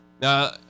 Now